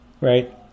right